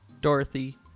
Dorothy